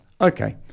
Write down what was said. okay